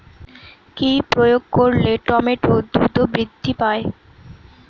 কি প্রয়োগ করলে টমেটো দ্রুত বৃদ্ধি পায়?